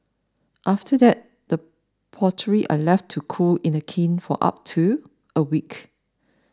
after that the pottery are left to cool in the kiln for up to a week